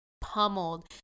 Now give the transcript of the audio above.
pummeled